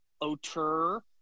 auteur